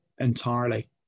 Entirely